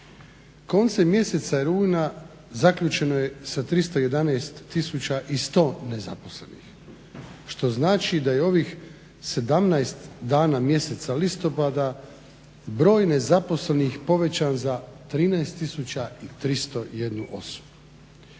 Koncem mjeseca rujna zaključeno je sa 311 tisuća i 100 nezaposlenih što znači da je ovih 17 dana mjeseca listopada broj nezaposlenih povećan za 13301 osobu.